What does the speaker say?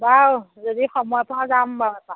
বাও যদি সময় পাওঁ যাম বাৰু এপাক